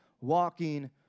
walking